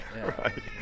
right